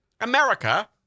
America